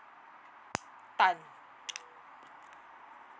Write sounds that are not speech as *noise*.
*noise* tan